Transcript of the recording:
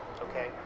okay